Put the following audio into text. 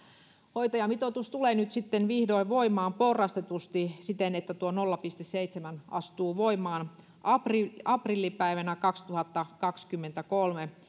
hoitajamitoitus tulee nyt sitten vihdoin voimaan porrastetusti siten että tuo nolla pilkku seitsemän astuu voimaan aprillipäivänä kaksituhattakaksikymmentäkolme